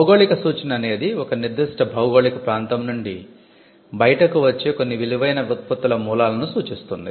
భౌగోళిక సూచన అనేది ఒక నిర్దిష్ట భౌగోళిక ప్రాంతం నుండి బయటకు వచ్చే కొన్ని విలువైన ఉత్పత్తుల మూలాలను సూచిస్తుంది